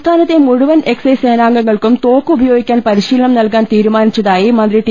സംസ്ഥാനത്തെ മുഴുവൻ എക്സൈസ് സേനാംഗങ്ങൾക്കും തോക്കുപയോഗിക്കാൻ പരിശീലനം നൽകാൻ തീരുമാനിച്ചതായി മന്ത്രി ടി